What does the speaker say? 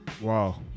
Wow